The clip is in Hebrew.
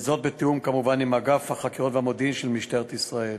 זאת כמובן בתיאום עם אגף החקירות והמודיעין של משטרת ישראל.